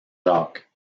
jacques